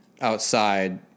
outside